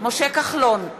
משה כחלון,